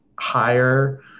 higher